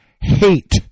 hate